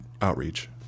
outreach